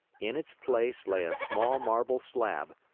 in its place lay a small marble slab,